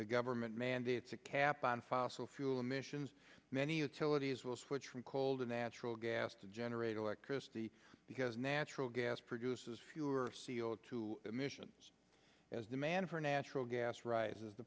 the government mandates a cap on fossil fuel emissions many attilla these will switch from cold a natural gas to generate electricity because natural gas produces fewer c o two emissions as demand for natural gas rises the